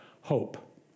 hope